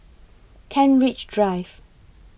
Kent Ridge Drive